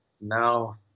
now